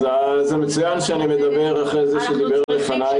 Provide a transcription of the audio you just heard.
זה מצוין שאני מדבר אחרי זה שדיבר לפני,